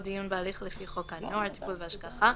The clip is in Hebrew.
או דיון בהליך לפי חוק הנוער (טיפול והשגחה),